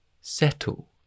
settle